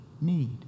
need